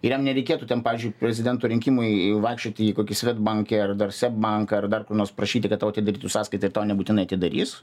ir jam nereikėtų ten pavyzdžiui prezidento rinkimai vaikščioti į kokį svedbankį ar dar seb banką ar dar kur nors prašyti kad tau atidarytų sąskaitą ir tau nebūtinai atidarys